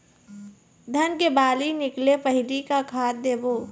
धान के बाली निकले पहली का खाद देबो?